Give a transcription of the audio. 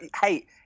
hey